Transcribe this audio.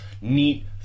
neat